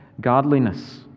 godliness